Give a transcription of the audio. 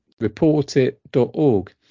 reportit.org